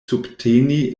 subteni